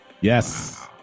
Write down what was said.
Yes